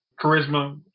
charisma